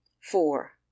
four